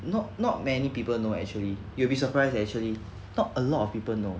no not many people know actually you'll be surprised actually not a lot of people know